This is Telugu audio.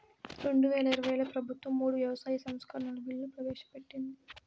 రెండువేల ఇరవైలో ప్రభుత్వం మూడు వ్యవసాయ సంస్కరణల బిల్లులు ప్రవేశపెట్టింది